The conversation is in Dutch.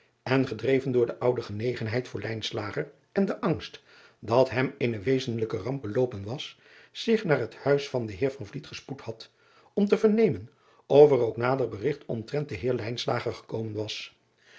en gedreven door de oude genegenheid voor en den angst dat hem eene wezenlijke ramp beloopen was zich naar het huis van den eer gespoed had om te vernemen of er ook nader berigt omtrent den eer gekomen was